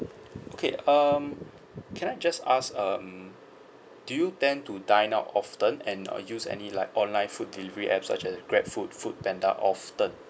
okay um can I just ask um do you tend to dine out often and uh use any like online food delivery app such as grabfood foodpanda often